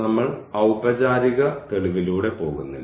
നമ്മൾ ഔപചാരിക തെളിവിലൂടെ പോകില്ല